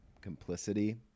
complicity